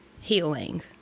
healing